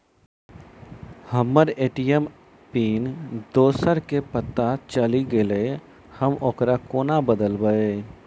हम्मर ATM PIN दोसर केँ पत्ता चलि गेलै, हम ओकरा कोना बदलबै?